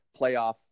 playoff